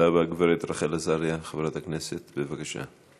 הגברת רחל עזריה, חברת הכנסת, בבקשה.